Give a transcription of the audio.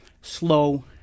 slow